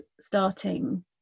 starting